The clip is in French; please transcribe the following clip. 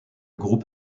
groupe